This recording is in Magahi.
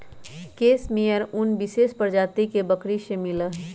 केस मेयर उन विशेष प्रजाति के बकरी से मिला हई